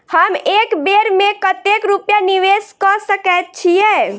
हम एक बेर मे कतेक रूपया निवेश कऽ सकैत छीयै?